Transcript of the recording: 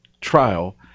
trial